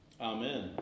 Amen